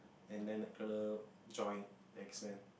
and then Night crawler joined the X-Men